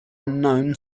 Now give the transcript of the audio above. unknown